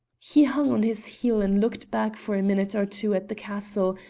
he hung on his heel and looked back for a minute or two at the castle,